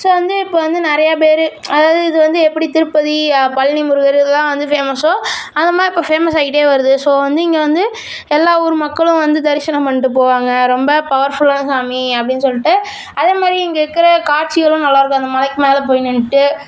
so வந்து இப்போ வந்து நிறைய பேர் அதாவது இது வந்து எப்படி திருப்பதி பழனி முருகர் இதெல்லாம் வந்து ஃபேமஸ்ஸோ அதைமாரி இப்போ ஃபேமஸ் ஆயிக்கிட்டே வருது ஸோ வந்து இங்கே வந்து எல்லா ஊர் மக்களும் வந்து தரிசனம் பண்ணிட்டு போவாங்கள் ரொம்ப பவர்ஃபுல்லான சாமி அப்படினு சொல்லிட்டு அதேமாதிரி இங்கே இருக்கிற காட்சிகளும் நல்லாருக்கும் அந்த மலைக்கு மேலே போய் நின்றுட்டு